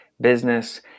business